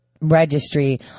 registry